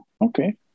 Okay